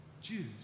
Jews